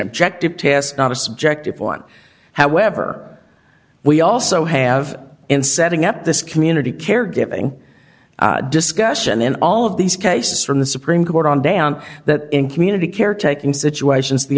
objective test not a subjective one however we also have in setting up this community caregiving discussion in all of these cases from the supreme court on down that in community caretaking situations the